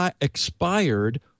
expired